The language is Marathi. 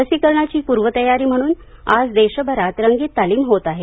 लसीकरणाची पूर्वतयारी म्हणून आज देशभरात रंगीत तालीम होत आहे